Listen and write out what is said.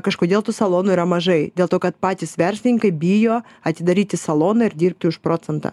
kažkodėl tų salonų yra mažai dėl to kad patys verslininkai bijo atidaryti saloną ir dirbti už procentą